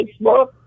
Facebook